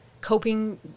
coping